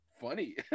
funny